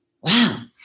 wow